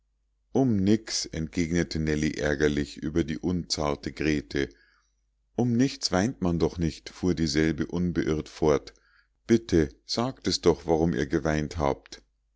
um nix entgegnete nellie ärgerlich über die unzarte grete um nichts weint man doch nicht fuhr dieselbe unbeirrt fort bitte sagt es doch warum ihr geweint habt